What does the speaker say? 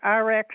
Rx